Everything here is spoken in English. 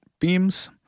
beams